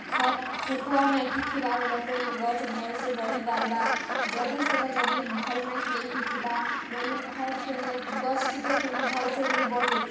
ଖତ୍ ଖତୁଆ ମାଟି ଥିବା ବେଲେ ସେନେ ଗଛ୍ ଭଲ୍ସେ ବଢ଼ି ପାର୍ବା ଯଦି ସେ'ଟା ଯଦି ଭଲ୍ ମାଏଟ୍ ନାଇ ହେଇ ଥିବା ବେଲେ ଖତ୍ ସେନେ ଗଛ୍ ଟିକେ ସେନେ ଭଲ୍ସେ ନାଇ ବଢ଼େ